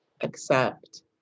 accept